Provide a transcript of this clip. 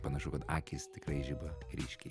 panašu kad akys tikrai žiba ryškiai